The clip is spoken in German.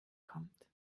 kommt